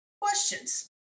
questions